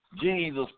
Jesus